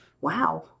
Wow